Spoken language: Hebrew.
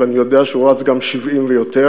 ואני יודע שהוא רץ גם 70 ויותר.